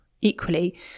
equally